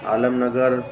Alamnagar